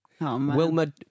Wilma